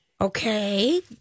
Okay